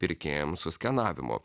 pirkėjams su skenavimu